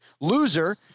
Loser